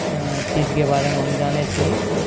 चीजके बारेमे हम जानैत छी